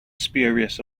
spurious